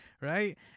right